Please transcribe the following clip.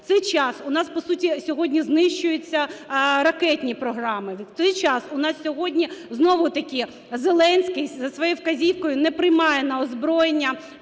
В цей час у нас, по суті, сьогодні знищуються ракетні програми. В цей час у нас сьогодні знову-таки Зеленський за своєю вказівкою не приймає на озброєння